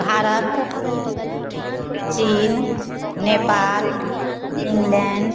भारत चीन नेपाल इंग्लैंड